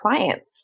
clients